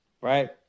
right